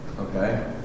Okay